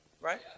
right